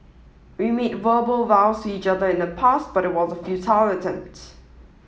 we made verbal vows to each other in the past but it was a futile attempt